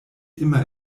immer